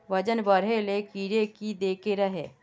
वजन बढे ले कीड़े की देके रहे?